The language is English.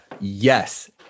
yes